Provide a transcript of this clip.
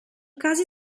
casi